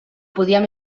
podíem